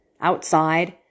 outside